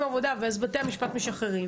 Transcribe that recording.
עבודה ומגיעים ואז בתי המשפט משחררים,